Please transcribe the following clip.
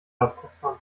abkupfern